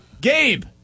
Gabe